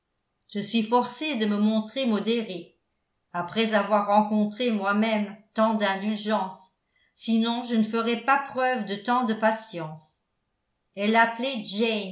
je suis forcé de me montrer modéré après avoir rencontré moi-même tant d'indulgence sinon je ne ferais pas preuve de tant de patience elle